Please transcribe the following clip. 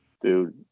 Dude